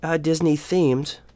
Disney-themed